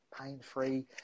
pain-free